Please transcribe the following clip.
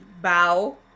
bow